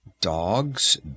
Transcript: Dogs